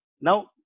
Now